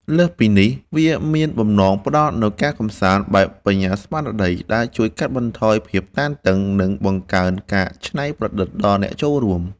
លើសពីនេះ វាមានបំណងផ្ដល់នូវការកម្សាន្តបែបបញ្ញាស្មារតី ដែលជួយកាត់បន្ថយភាពតានតឹង និងបង្កើនការច្នៃប្រឌិតដល់អ្នកចូលរួម។